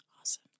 awesome